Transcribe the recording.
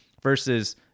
Versus